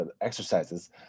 exercises